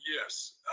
Yes